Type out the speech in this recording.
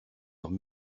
leurs